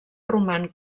roman